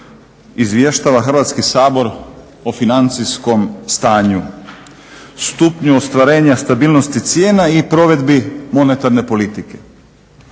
izvještava Hrvatski sabor o financijskom stanju, stupnju ostvarenja stabilnosti cijena i provedbi monetarne politike.